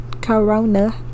corona